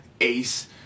ace